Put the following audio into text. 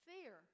Fear